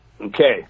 Okay